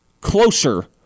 closer